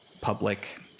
public